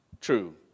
true